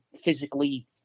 physically